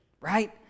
right